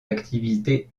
activités